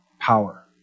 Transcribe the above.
power